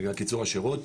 בגלל קיצור שירות,